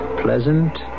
pleasant